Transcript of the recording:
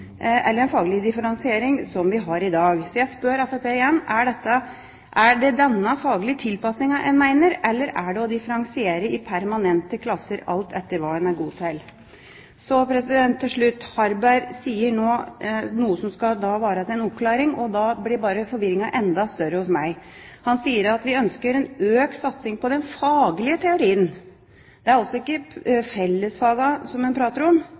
eller en faglig differensiering, som vi har i dag? Så jeg spør Fremskrittspartiet igjen: Er det denne faglige tilpasningen en mener, eller er det å differensiere i permanente klasser alt etter hva en er god til? Til slutt: Harberg sier nå noe som skal være en oppklaring, og da blir bare forvirringen enda større for meg. Han sier at Høyre ønsker en økt satsing på den faglige teorien. Det er altså ikke fellesfagene han snakker om, men det er programfagene. Da lurer jeg på: Skal vi fjerne en